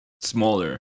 smaller